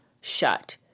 shut